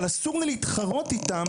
אבל אסור לי להתחרות איתם